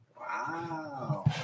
Wow